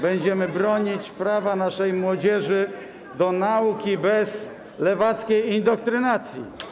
Będziemy bronić prawa naszej młodzieży do nauki bez lewackiej indoktrynacji.